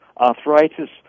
Arthritis